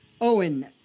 Owen